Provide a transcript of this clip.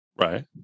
Right